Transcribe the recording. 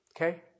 Okay